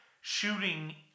shooting